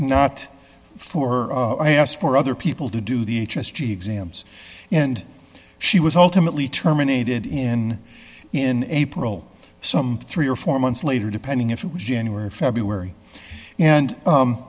not for i asked for other people to do the exams and she was ultimately terminated in in april some three or four months later depending if it was january or february and